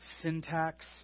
syntax